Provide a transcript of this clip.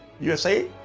USA